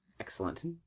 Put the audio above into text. Excellent